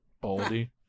Baldy